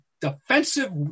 defensive